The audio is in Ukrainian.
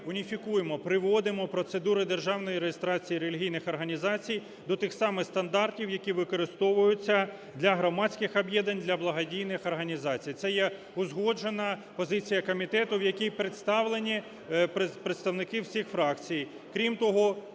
уніфікуємо, приводимо процедури державної реєстрації релігійних організацій до тих самих стандартів, які використовуються для громадських об'єднань, для благодійних організацій. Це є узгоджена позиція комітету, в якій представлені представники всіх фракцій. Крім того,